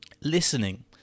Listening